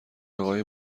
اقای